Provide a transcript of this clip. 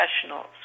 professionals